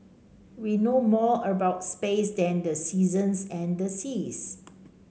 we know more about space than the seasons and the seas